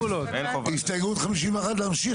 הסתייגות 51, להמשיך,